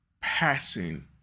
passing